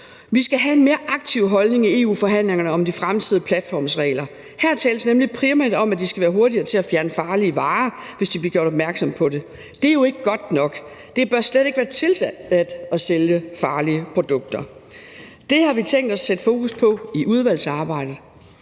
Vi skal have en mere aktiv holdning i EU-forhandlingerne om de fremtidige platformsregler. Her tales nemlig primært om, at de skal være hurtigere til at fjerne farlige varer, hvis de bliver gjort opmærksomme på det. Det er jo ikke godt nok. Det bør slet ikke være tilladt at sælge farlige produkter. Det har vi tænkt os at sætte fokus på i udvalgsarbejdet.